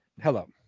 Hello